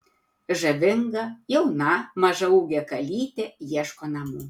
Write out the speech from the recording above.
žavinga jauna mažaūgė kalytė ieško namų